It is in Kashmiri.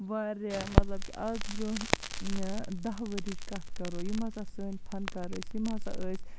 واریاہ مَطلَب کہِ آز برونٛہہ دہ ؤرۍ یِچ کتھ کَرو یِم ہَسا سٲنٛۍ فن کار ٲسۍ یِم ہَسا ٲسۍ